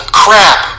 crap